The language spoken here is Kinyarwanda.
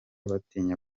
batinya